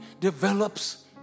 develops